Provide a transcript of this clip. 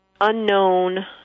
unknown